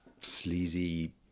sleazy